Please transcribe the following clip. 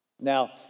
Now